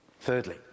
thirdly